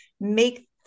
make